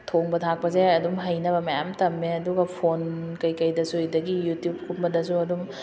ꯊꯣꯡꯕ ꯊꯥꯛꯄꯁꯦ ꯑꯗꯨꯝ ꯍꯩꯅꯕ ꯃꯌꯥꯝ ꯇꯝꯃꯦ ꯑꯗꯨꯒ ꯐꯣꯟ ꯀꯩꯀꯩꯗꯁꯨ ꯑꯗꯨꯗꯒꯤ ꯌꯨꯇꯨꯞ ꯀꯨꯝꯕꯗꯁꯨ ꯑꯗꯨꯝ